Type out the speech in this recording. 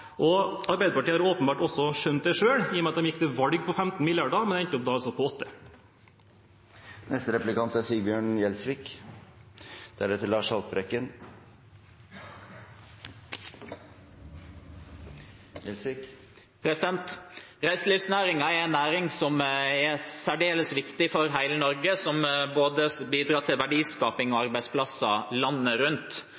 ha. Arbeiderpartiet har åpenbart også skjønt det selv, i og med at de gikk til valg på 15 mrd. kr, men altså endte opp på 8 mrd. kr. Reiselivsnæringen er en næring som er særdeles viktig for hele Norge, og som bidrar til både verdiskaping og